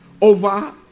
over